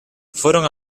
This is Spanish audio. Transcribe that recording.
fueron